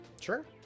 Sure